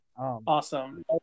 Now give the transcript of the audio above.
Awesome